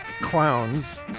Clowns